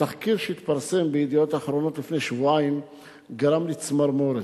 התחקיר שהתפרסם ב"ידיעות אחרונות" לפני שבועיים גרם לי צמרמורת.